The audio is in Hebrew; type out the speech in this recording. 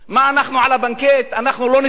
מה, אנחנו על הבנקט, אנחנו לא נספרים?